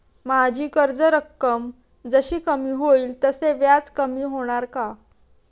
माझी कर्ज रक्कम जशी कमी होईल तसे व्याज कमी होणार का?